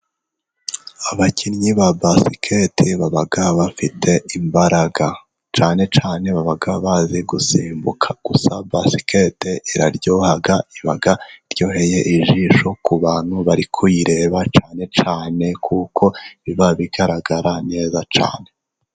Abakinnyi ba basikete baba bafite imbaraga，cyane cyane， baba bazi gusimbuka， gusa basikete， iraryoha， iba iryoheye ijisho ku bantu bari kuyireba cyane cyane，kuko biba bigaragara neza cyane.